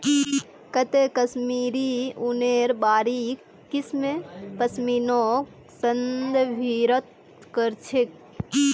काते कश्मीरी ऊनेर बारीक किस्म पश्मीनाक संदर्भित कर छेक